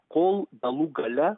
kol galų gale